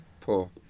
poor